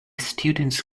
students